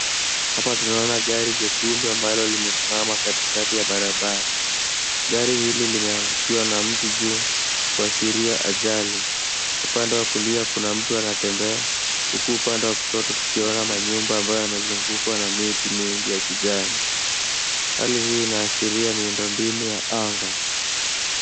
Hapa tunaona gari jekundu ambalo limesimama katikati ya barabara. Gari hili limeangukiwa na mti juu kuashiria ajali. Upande wa kulia kuna mtu anatembea, huku upande wa kushoto tukiona manyumba ambayo yamezungukwa na miti mingi ya kijani. Hali hii inaashiria miundo mbinu ya anga.